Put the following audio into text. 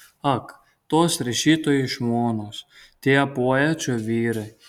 ak tos rašytojų žmonos tie poečių vyrai